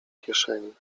kieszeni